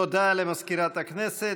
תודה למזכירת הכנסת.